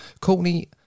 Courtney